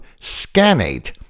SCANATE